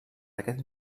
aquest